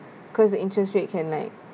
cause the interest rate can like